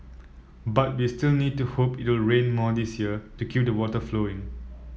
but we still need to hope it will rain more this year to keep the water flowing